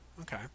Okay